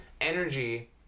energy